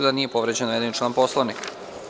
da nije povređen navedeni član Poslovnika.